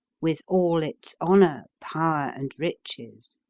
with all its honor, power, and riches.